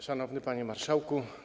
Szanowny Panie Marszałku!